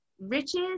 Riches